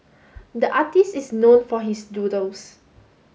the artist is known for his doodles